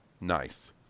Nice